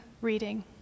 reading